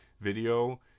video